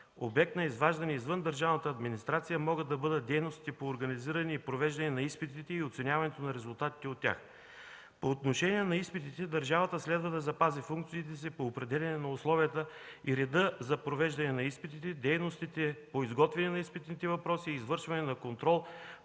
Обект на изваждане извън държавната администрация могат да бъдат дейностите по организиране и провеждане на изпитите и оценяването на резултатите от тях. По отношение на изпитите държавата следва да запази функциите си по определяне на условията и реда за провеждане на изпитите, дейностите по изготвяне на изпитните въпроси и извършване на контрол